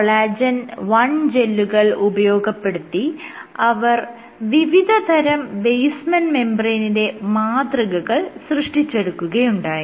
collagen 1 ജെല്ലുകൾ ഉപയോഗപ്പെടുത്തി അവർ വിവിധതരം ബേസ്മെന്റ് മെംബ്രേയ്നിന്റെ മാതൃകകൾ സൃഷ്ടിച്ചെടുക്കുകയുണ്ടായി